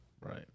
Right